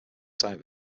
site